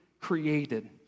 created